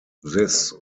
this